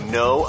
no